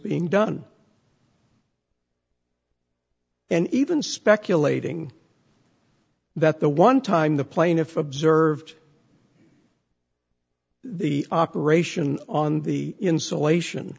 being done and even speculating that the one time the plaintiff observed the operation on the insulation